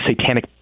satanic